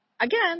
again